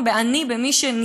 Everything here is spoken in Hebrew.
אם מדובר ביתום,